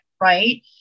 right